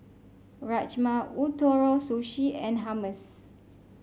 Rajma Ootoro Sushi and Hummus